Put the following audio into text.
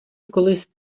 колись